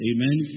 Amen